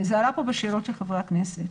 זה עלה פה בשאלות של חברי הכנסת,